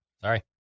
Sorry